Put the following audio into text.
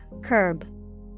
curb